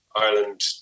Ireland